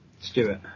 Stewart